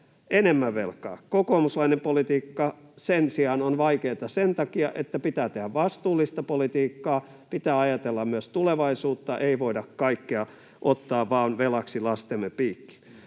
enemmän velkaa. Kokoomuslainen politiikka sen sijaan on vaikeata sen takia, että pitää tehdä vastuullista politiikkaa, pitää ajatella myös tulevaisuutta, ei voida kaikkea ottaa vain velaksi lastemme piikkiin.